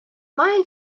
має